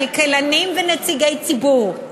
כלכלנים ונציגי ציבור,